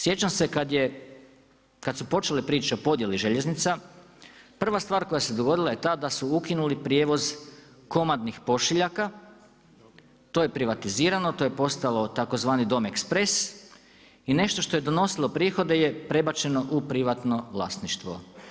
Sjećam se kada su počele priče o podjeli željeznica, prva stvar koja se dogodila je ta da su ukinuli prijevoz komadnih pošiljaka, to je privatizirano, to je postalo tzv. Dom Express i nešto što je donosili prihode je prebačeno u privatno vlasništvo.